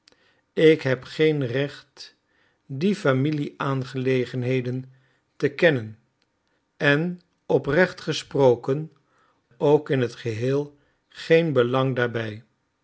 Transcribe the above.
ik heb geen recht die familieaangelegenheden te kennen en oprecht gesproken ook in het geheel geen belang daarbij